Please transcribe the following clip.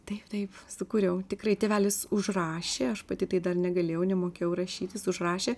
taip taip sukūriau tikrai tėvelis užrašė aš pati tai dar negalėjau nemokėjau rašyti jis užrašė